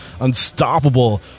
unstoppable